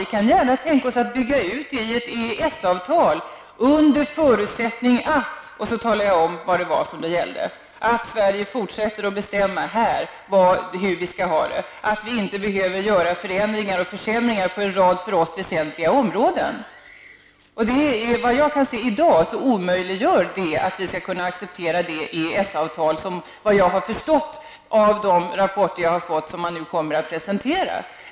Vi kan gärna tänka oss att bygga ut det i ett EES-avtal, under förutsättning att -- och så talade jag om vad det var: att Sverige fortsätter att här bestämma hur vi skall ha det, att vi inte behöver göra förändringar och försämringar på en rad för oss väsentliga områden. Vad jag kan se i dag gör det det omöjligt för oss att acceptera det EES-avtal som -- såvitt jag har förstått av de rapporter jag fått -- man nu kommer att presentera.